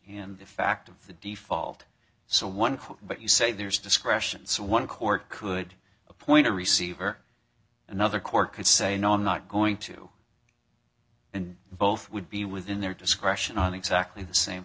and the fact of the default so one could but you say there's discretion so one court could appoint a receiver another court could say no i'm not going to and both would be within their discretion on exactly the same